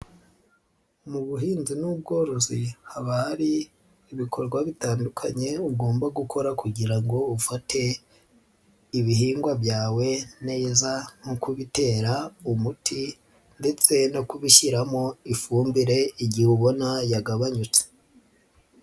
Mu buhinzi n'ubworozi haba hari ibikorwa bitandukanye ugomba gukora kugira ngo ufate ibihingwa byawe neza nko kubitera umuti ndetse no kubishyiramo ifumbire igihe ubona yagabanyutse.